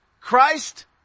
Christ